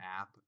app